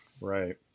right